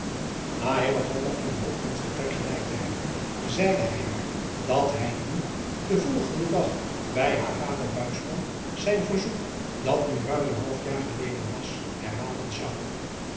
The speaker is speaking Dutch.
a in een hoek van het vertrek geleid te hebben zei driaan oosjes zn et leven van illegonda uisman de hij haar dat hij nu den volgenden dag bij vader zijn verzoek dat nu ruim een half jaar geleden was herhalen zou